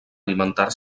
alimentar